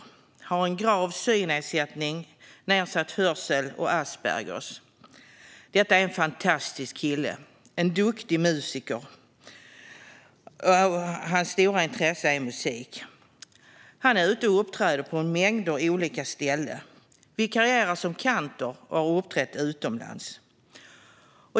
Han har en grav synnedsättning, nedsatt hörsel och aspberger. Detta är en fantastisk kille. Han är en duktig musiker - hans stora intresse är musik. Han är ute och uppträder på en mängd olika ställen, vikarierar som kantor och har också uppträtt utomlands.